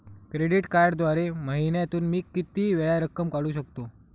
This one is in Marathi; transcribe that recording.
क्रेडिट कार्डद्वारे महिन्यातून मी किती वेळा रक्कम काढू शकतो?